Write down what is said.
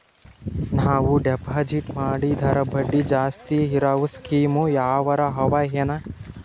ನಾವು ಡೆಪಾಜಿಟ್ ಮಾಡಿದರ ಬಡ್ಡಿ ಜಾಸ್ತಿ ಇರವು ಸ್ಕೀಮ ಯಾವಾರ ಅವ ಏನ?